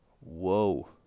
Whoa